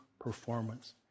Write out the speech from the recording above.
performance